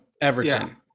Everton